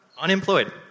unemployed